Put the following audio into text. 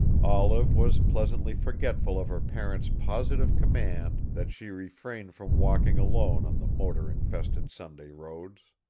olive was pleasantly forgetful of her parents' positive command that she refrain from walking alone on the motor-infested sunday roads.